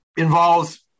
involves